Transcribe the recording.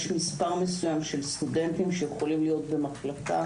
יש מספר מסוים של סטודנטים שיכולים להיות במחלקה